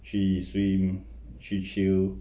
去 swim 去 chill